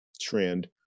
trend